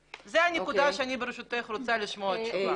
בניקודה הזאת שאני ברשותך רוצה לשמוע תשובה.